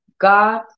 God